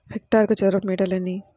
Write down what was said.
హెక్టారుకు చదరపు మీటర్లు ఎన్ని?